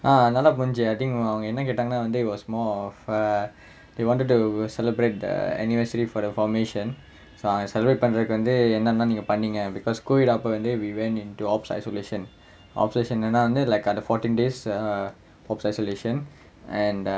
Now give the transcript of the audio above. ah நல்லா புரிஞ்சுது:nallaa purinchuthu I think அவங்க என்ன கேட்டாங்கனா வந்து:avanga enna kettaanganaa vanthu it was more of uh they wanted to celebrate the anniversary for the formation so அத:atha celebrate பண்றதுக்கு வந்து என்னன்ன நீங்க பண்ணிங்க:pandrathukku vanthu ennannaa neenga panninga because quid அப்ப வந்து:appa vanthu we went into OPS isolation OPS ison~ என்னன்னா வந்து:ennannaa vanthu like other fourteen days err OPS isolation and uh